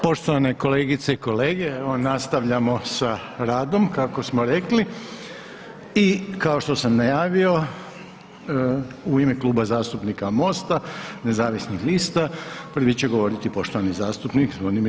Poštovane kolegice i kolege evo nastavljamo sa radom kako smo rekli i kao što sam najavio u ime Kluba zastupnika MOST-a nezavisnih lista prvi će govoriti poštovani zastupnik Zvonimir